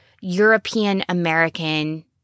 European-American